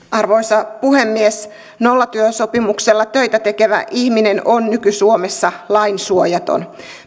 arvoisa puhemies nollatyösopimuksella töitä tekevä ihminen on nyky suomessa lainsuojaton